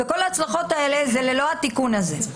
כל ההצלחות האלה הן ללא התיקון הזה.